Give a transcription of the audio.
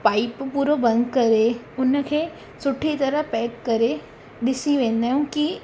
pipe पूरो बंदि करे हुनखे सुठी तरह पैक करे ॾिसी वेंदा आहियूं की